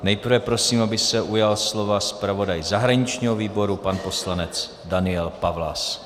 Nejprve prosím, aby se ujal slova zpravodaj zahraničního výboru pan poslanec Daniel Pawlas.